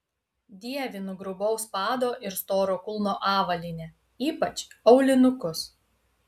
dievinu grubaus pado ir storo kulno avalynę ypač aulinukus